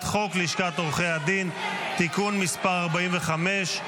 חוק לשכת עורכי הדין (תיקון מס' 45),